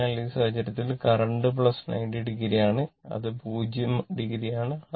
അതിനാൽ ഈ സാഹചര്യത്തിൽ കറന്റ് 90o ആണ് ഇത് 0o ആണ്